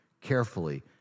carefully